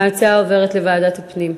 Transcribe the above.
ההצעה עוברת לוועדת הפנים.